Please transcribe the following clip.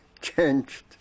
changed